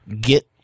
get